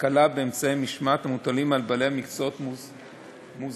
הקלה באמצעי משמעת המוטלים על בעלי מקצועות מוסדרים.